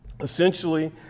essentially